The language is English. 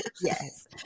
Yes